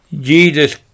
Jesus